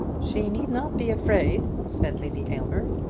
she need not be afraid, said lady aylmer.